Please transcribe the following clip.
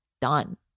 done